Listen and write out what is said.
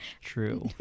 true